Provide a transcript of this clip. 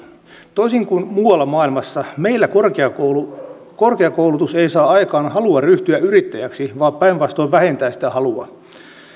toisin kuin muualla maailmassa meillä korkeakoulutus korkeakoulutus ei saa aikaan halua ryhtyä yrittäjäksi vaan päinvastoin vähentää sitä halua